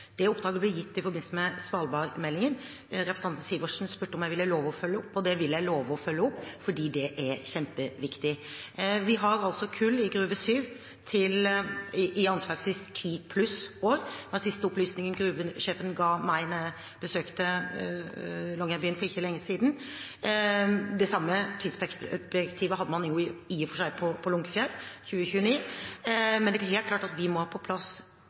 Det oppdraget ble gitt i forbindelse med svalbardmeldingen. Representanten Sivertsen spurte om jeg ville love å følge opp, og det vil jeg love å følge opp fordi det er kjempeviktig. Vi har altså kull i Gruve 7 i anslagsvis ti år pluss. Det var den siste opplysningen gruvesjefen ga meg da jeg besøkte Longyearbyen for ikke lenge siden. Det samme tidsperspektivet hadde man i og for seg på Lunckefjell – 2029. Men det er helt klart at vi må ha på plass